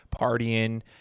partying